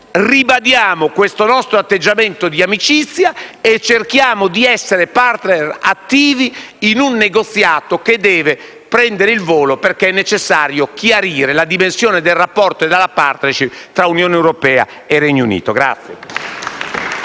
pertanto questo nostro atteggiamento di amicizia e cerchiamo di essere *partner* attivi in un negoziato che deve prendere il volo, perché è necessario chiarire la dimensione del rapporto e della *partnership* tra Unione europea e Regno Unito.